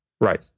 right